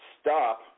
Stop